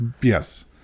Yes